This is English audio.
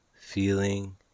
feeling